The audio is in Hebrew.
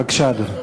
בבקשה, אדוני.